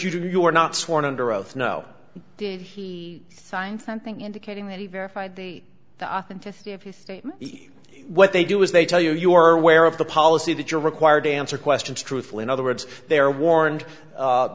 do you are not sworn under oath no did he sign something indicating that he verified the authenticity of what they do is they tell you you are aware of the policy that you're required to answer questions truthfully in other words they are